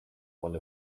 one